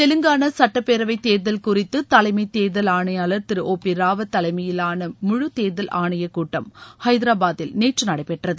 தெலங்கானா சட்டப்பேரவை தேர்தல் குறித்து தலைமை தேர்தல் ஆணையாளர் திரு ஓ பி ராவத் தலைமையிலான முழு தேர்தல் ஆணையக் கூட்டம் ஐதராபாதில் நேற்று நடைபெற்றது